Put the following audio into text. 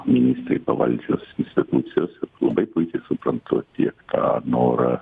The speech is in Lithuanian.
ministrei pavaldžios institucijos labai puikiai suprantu tiek tą norą